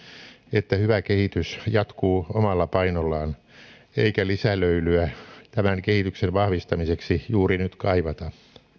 että hyvä kehitys jatkuu omalla painollaan eikä lisälöylyä tämän kehityksen vahvistamiseksi juuri nyt kaivata